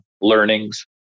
Learnings